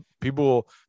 People